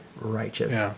righteous